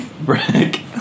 Brick